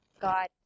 God